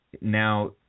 now